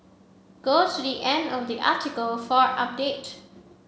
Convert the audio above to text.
go to the end of the article for update